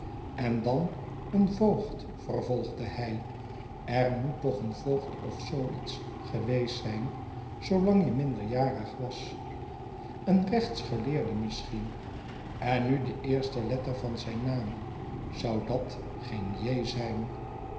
en dan een voogd vervolgde hij er moet toch een voogd of zoo iets geweest zijn zoolang je minderjarig was een rechtsgeleerde misschien en nu de eerste letter van zijn naam zou dat geen j zijn